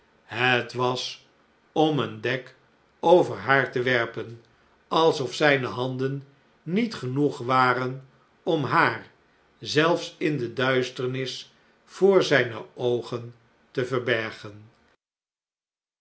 het was om een dek over haar te werpen alsof zijne handen niet genoeg waren om haar zelfs in de duisternis voor zijne oogen te verbergen